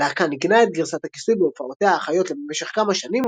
הלהקה ניגנה את גרסת הכיסוי בהופעותיה החיות במשך כמה שנים